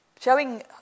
showing